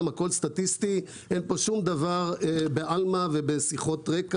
הכול סטטיסטי, אין פה שום דבר בעלמא ובשיחות רקע.